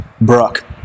Brook